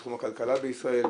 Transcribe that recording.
בתחום הכלכלה בישראל,